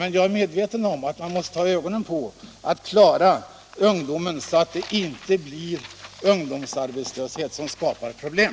Jag är dock medveten om att vi måste försöka rädda ungdomen från arbetslösheten, som skapar ytterligare problem.